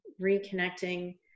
reconnecting